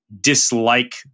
dislike